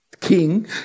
king